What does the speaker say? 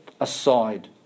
aside